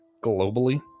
globally